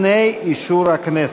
לפני אישור הכנסת.